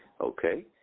okay